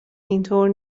اینطور